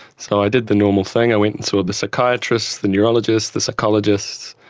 so i did the normal thing, i went and saw the psychiatrist, the neurologist, the psychologist.